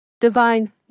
Divine